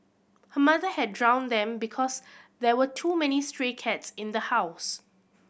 her mother had drowned them because there were too many stray cats in the house